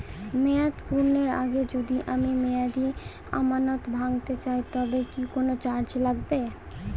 মেয়াদ পূর্ণের আগে যদি আমি মেয়াদি আমানত ভাঙাতে চাই তবে কি কোন চার্জ লাগবে?